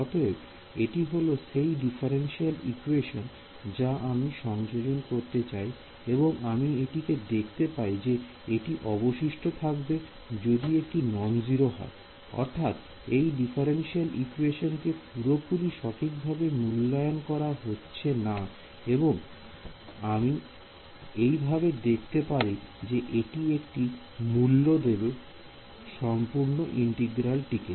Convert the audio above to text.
অতএব এটি হলো সেই ডিফারেন্সিয়াল ইকুয়েশন যা আমি সংযোজন করতে চাই এবং আমি এটিকে দেখতে পাই যে এটি অবশিষ্ট থাকবে যদি এটি নন 0 হয় অর্থাৎ এই ডিফারেন্সিয়াল ইকুয়েশন কে পুরোপুরি সঠিকভাবে মূল্যায়ন করা হচ্ছে না এবং আমি এই ভাবে দেখতে পারি যে এটি একটি মূল্য দেবে সম্পূর্ণ ইন্টিগ্রালটিকে